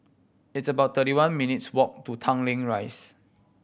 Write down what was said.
it's about thirty one minutes' walk to Tanglin Rise